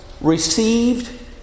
received